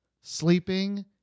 sleeping